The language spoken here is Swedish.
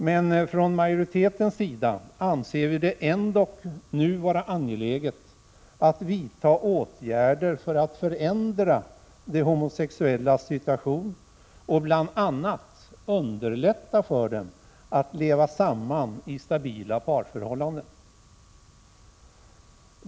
Men från majoritetens sida anser vi ändock att det är angeläget att vidta åtgärder för att förändra de homosexuellas situation och bl.a. underlätta för dem att leva i stabila parförhållanden.